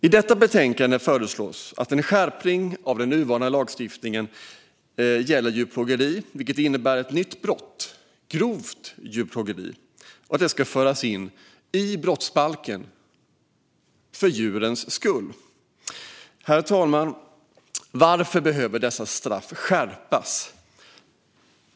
I detta betänkande föreslås en skärpning av den nuvarande lagstiftningen gällande djurplågeri, som innebär att ett nytt brott, grovt djurplågeri, ska föras in i brottsbalken, för djurens skull. Herr talman! Varför behöver då dessa straff skärpas?